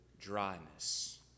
dryness